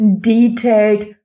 detailed